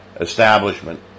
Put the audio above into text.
establishment